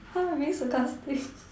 ha I'm being sarcastic